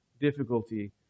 difficulty